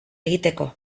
egiteko